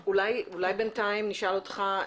אם מישהי דיברה קודם על כרייה תת